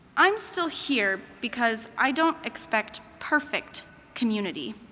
i'm still here, because i don't expect perfect community.